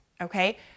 okay